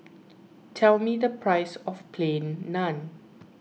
tell me the price of Plain Naan